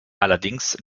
allerdings